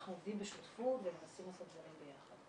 אנחנו עובדים בשותפות ומנסים לעשות דברים ביחד.